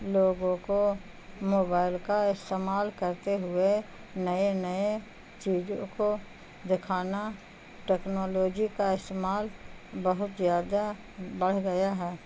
لوگوں کو موبائل کا استعمال کرتے ہوئے نئے نئے چیزوں کو دکھانا ٹیکنالوجی کا استعمال بہت زیادہ بڑھ گیا ہے